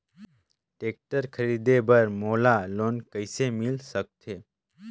Tractor खरीदे बर मोला लोन कइसे मिल सकथे?